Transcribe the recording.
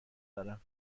دارم